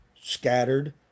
scattered